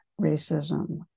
racism